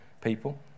people